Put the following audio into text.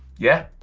yeah,